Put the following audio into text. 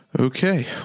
Okay